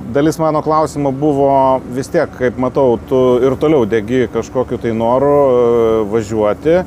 dalis mano klausimų buvo vis tiek kaip matau tu ir toliau degi kažkokiu tai noru važiuoti